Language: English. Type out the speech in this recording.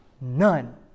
none